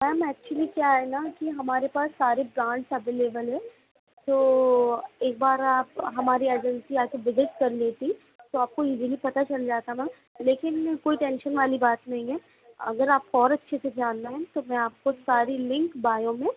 ma'am actually क्या है ना कि हमारे पास सारे ब्रांड्स अवेलेबल हैं तो एक बार आप हमारी एजेंसी आकर विज़िट कर लेती तो आपको इज़िली पता चल जाता मैम लेकिन कोई टेंशन वाली बात नहीं है अगर आपको और अच्छे से जानना है तो मैं आपको सारी लिंक बायो में